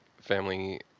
family